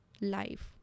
life